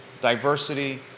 diversity